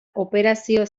operazio